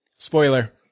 Spoiler